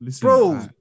Bro